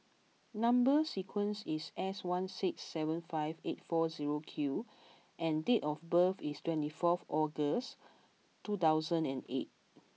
number sequence is S one six seven five eight four zero Q and date of birth is twenty fourth August two thousand and eight